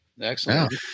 Excellent